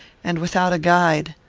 and without a guide.